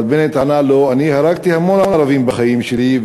אבל בנט ענה לו: אני הרגתי המון ערבים בחיים שלי,